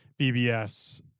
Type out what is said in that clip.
BBS